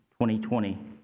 2020